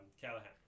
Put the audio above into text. Callahan